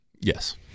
Yes